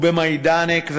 במיידנק,